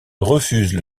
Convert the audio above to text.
refusent